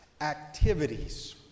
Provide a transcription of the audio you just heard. activities